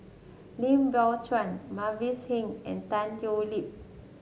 Lim Biow Chuan Mavis Hee and Tan Thoon Lip